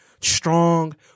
strong